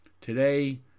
Today